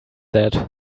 that